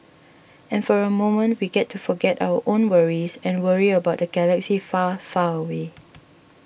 and for a moment we get to forget our own worries and worry about the galaxy far far away